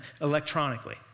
electronically